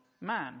man